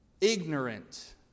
ignorant